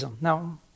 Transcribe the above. Now